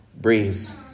breeze